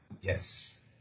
Yes